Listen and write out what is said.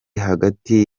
hagati